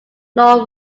lloyd